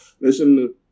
Listen